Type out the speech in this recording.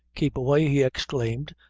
keep away, he exclaimed,